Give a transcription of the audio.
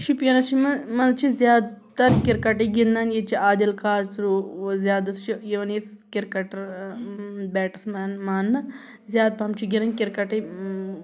شُپیَنَس چھِ مَنٛزِ چھِ زیادٕ تَر کِرکَٹٕے گِنٛدان ییٚتہِ چھِ عادِل کاژروٗ زیادٕ حظ چھِ یِوان یُس کِرکَٹَر بیٹٕس مین مانٛنہٕ زیادٕ پَہَم چھِ گِنٛدنۍ کِرکَٹٕے